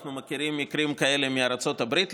אנחנו מכירים מקרים כאלה מארצות הברית,